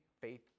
faith